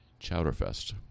Chowderfest